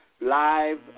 live